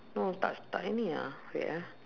no tak tak ini ah wait eh